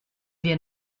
wir